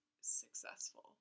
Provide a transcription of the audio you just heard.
successful